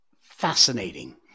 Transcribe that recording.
fascinating